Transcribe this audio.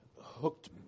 hooked